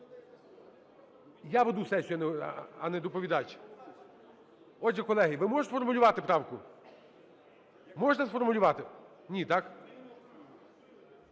Я веду сесію, а не доповідач. Отже, колеги, ви можете сформулювати правку? Можна сформулювати? Ні, так.